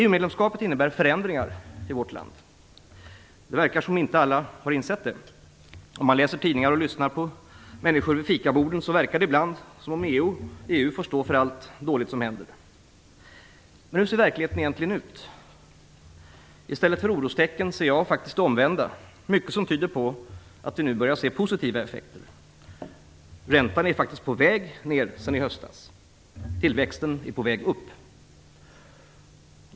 EU-medlemskapet innebär förändringar i vårt land. Det verkar som om alla inte har insett det. När man läser tidningar eller lyssnar på människor vid fikaborden verkar EU ibland få stå för allt dåligt som händer. Hur ser då verkligheten egentligen ut? I stället för orostecken ser jag faktiskt det omvända. Det är mycket som tyder på att vi nu börjar se positiva effekter. Räntan är ju på väg ner sedan i höstas. Tillväxten är på väg upp.